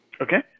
Okay